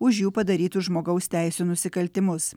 už jų padarytus žmogaus teisių nusikaltimus